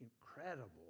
incredible